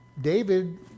David